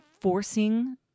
forcing